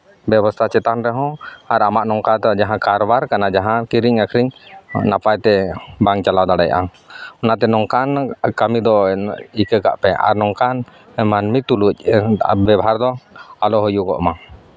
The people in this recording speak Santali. ᱵᱮᱵᱚᱥᱛᱷᱟ ᱪᱮᱛᱟᱱ ᱨᱮᱦᱚᱸ ᱟᱨ ᱟᱢᱟᱜ ᱱᱚᱝᱠᱟ ᱫᱚ ᱡᱟᱦᱟᱸ ᱠᱟᱨᱵᱟᱨ ᱠᱟᱱᱟ ᱡᱟᱦᱟᱸ ᱠᱤᱨᱤᱧ ᱟᱠᱷᱨᱤᱧ ᱟᱨ ᱱᱟᱯᱟᱭ ᱛᱮ ᱵᱟᱢ ᱪᱟᱞᱟᱣ ᱫᱟᱲᱮᱭᱟᱜᱼᱟ ᱚᱱᱟᱛᱮ ᱱᱚᱝᱠᱟᱱ ᱠᱟᱹᱢᱤ ᱫᱚ ᱤᱠᱟᱹ ᱠᱟᱜ ᱯᱮ ᱟᱨ ᱱᱚᱝᱠᱟᱱ ᱢᱟᱹᱱᱢᱤ ᱛᱩᱞᱩᱪ ᱵᱮᱵᱚᱦᱟᱨᱫᱚ ᱟᱞᱚ ᱦᱩᱭᱩᱜᱚᱜ ᱢᱟ